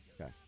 Okay